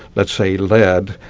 let's say lead,